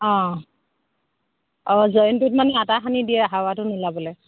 অঁ অঁ জইনটোত মানে আটা সানি দিয়ে হাৱাটো নোলাবলৈ